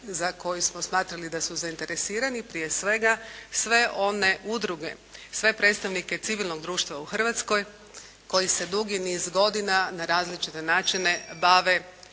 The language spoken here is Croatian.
za koje smo smatrali da su zainteresirani, prije svega sve one udruge, sve predstavnike civilnog društva u Hrvatskoj koji se dugi niz godina na različite načine bave